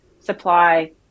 supply